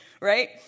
Right